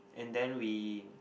and then we